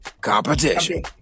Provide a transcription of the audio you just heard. competition